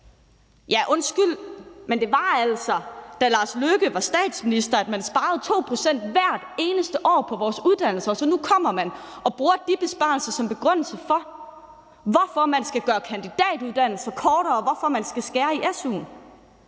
Ja, undskyld, men det var altså, da Lars Løkke Rasmussen var statsminister, at man sparede 2 pct. hvert eneste år på vores uddannelser. Nu kommer man så og bruger de besparelser som begrundelse for, hvorfor man skal gøre kandidatuddannelser kortere, og hvorfor man skal skære i su'en.